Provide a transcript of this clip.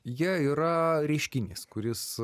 jie yra reiškinys kuris